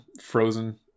frozen